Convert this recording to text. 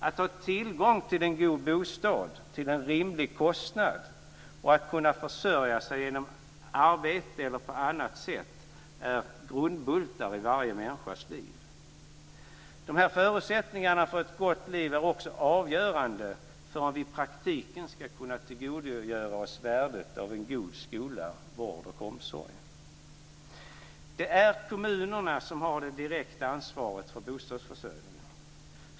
Att ha tillgång till en god bostad till en rimlig kostnad och att kunna försörja sig genom arbete eller på annat sätt är grundbultar i varje människas liv. Dessa förutsättningar för ett gott liv är också avgörande för om vi i praktiken ska kunna tillgodogöra oss värdet av en god skola, vård och omsorg. Det är kommunerna som har det direkta ansvaret för bostadsförsörjningen.